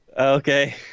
Okay